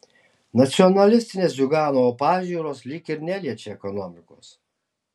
nacionalistinės ziuganovo pažiūros lyg ir neliečia ekonomikos